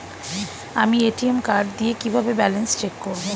আমি ATM card দিয়ে কিভাবে ব্যালেন্স চেক করব?